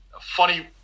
funny